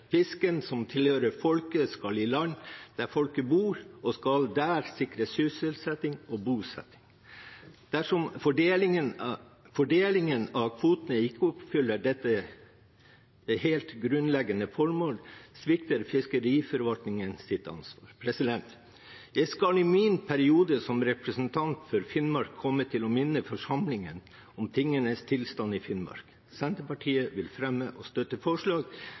Fisken som tilhører folket, skal i land der folket bor, og skal der sikre sysselsetting og bosetting. Dersom fordelingen av kvotene ikke oppfyller dette helt grunnleggende formål, svikter fiskeriforvaltningen sitt ansvar. Jeg skal i min periode som representant for Finnmark komme til å minne forsamlingen om tingenes tilstand i Finnmark. Senterpartiet vil fremme og støtte forslag